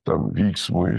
tam vyksmui